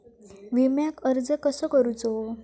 विम्याक अर्ज कसो करायचो?